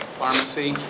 pharmacy